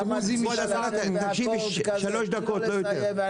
נכון, גם נתיבי איילון יודעים.